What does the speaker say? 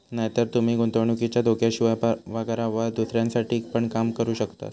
नायतर तूमी गुंतवणुकीच्या धोक्याशिवाय, पगारावर दुसऱ्यांसाठी पण काम करू शकतास